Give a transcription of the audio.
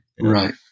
Right